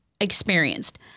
experienced